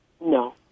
No